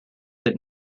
that